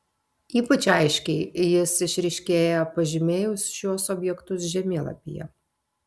ypač aiškiai jis išryškėja pažymėjus šiuos objektus žemėlapyje